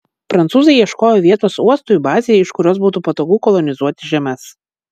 prancūzai ieškojo vietos uostui bazei iš kurios būtų patogu kolonizuoti žemes